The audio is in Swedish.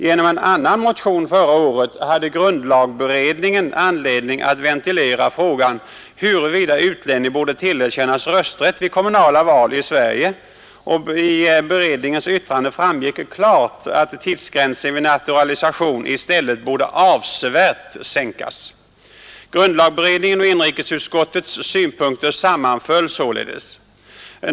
Genom en annan motion förra året hade grundlagberedningen anledning att ventilera frågan huruvida utlänning borde tillerkännas rösträtt vid kommunala val i Sverige, och av beredningens yttrande framgick klart att tidsgränsen vid naturalisation i stället borde avsevärt sänkas. Grundlagberedningens och inrikesutskottets synpunkter sammanföll således.